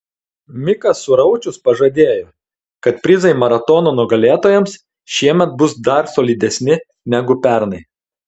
mikas suraučius pažadėjo kad prizai maratono nugalėtojams šiemet bus dar solidesni negu pernai